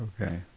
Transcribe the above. okay